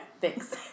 Thanks